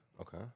Okay